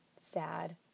sad